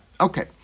Okay